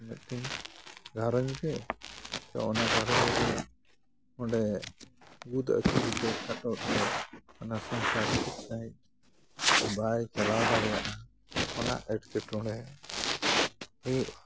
ᱢᱤᱫᱴᱤᱝ ᱜᱷᱟᱸᱨᱚᱡ ᱜᱮ ᱟᱫᱚ ᱚᱱᱟ ᱠᱚᱛᱮ ᱜᱮ ᱚᱸᱰᱮ ᱵᱩᱫ ᱟᱹᱠᱤᱞ ᱚᱱᱟ ᱥᱚᱝᱥᱟᱨ ᱨᱮ ᱴᱷᱤᱠ ᱥᱟᱺᱦᱤᱡ ᱵᱟᱭ ᱪᱟᱞᱟᱣ ᱫᱟᱲᱮᱭᱟᱜᱼᱟ ᱚᱱᱟ ᱮᱴᱠᱮᱴᱚᱬᱮ ᱦᱩᱭᱩᱜᱼᱟ